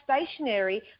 stationary